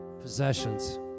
Possessions